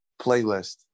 playlist